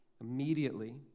Immediately